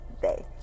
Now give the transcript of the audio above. day